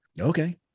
Okay